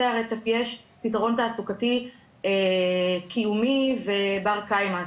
הרצף יש פתרון תעסוקתי קיומי ובר קיימא.